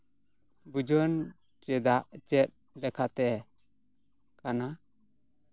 ᱵᱩᱡᱷᱟᱹᱱ ᱪᱮᱫᱟᱜ ᱪᱮᱫ ᱞᱮᱠᱟᱛᱮ ᱠᱟᱱᱟ